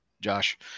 Josh